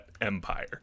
empire